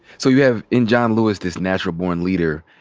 so you have in john lewis this natural born leader.